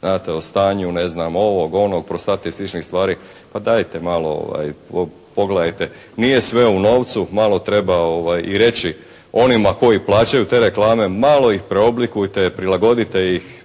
Znate o stanju ne znam ovog, onog, prostate i sličnih stvari. Pa dajte malo pogledajte. Nije sve u novcu. Malo treba i reći onima koji plaćaju te reklame. Malo ih preoblikujte. Prilagodite ih